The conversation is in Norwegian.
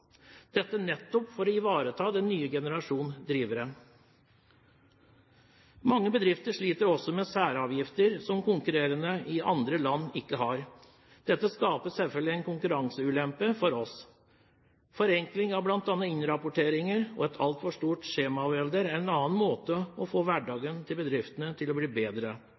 dette nettopp for å ivareta den nye generasjon drivere. Mange bedrifter sliter også med særavgifter som konkurrerende i andre land ikke har. Dette skaper selvfølgelig en konkurranseulempe for oss. Forenkling av bl.a. innrapporteringer og et altfor stort skjemavelde er en annen måte å få hverdagen til bedriftene til å bli bedre